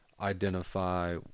identify